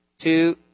two